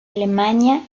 alemania